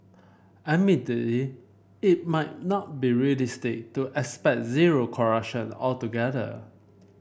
admittedly it might not be realistic to expect zero corruption altogether